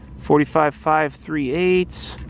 forty five five three aids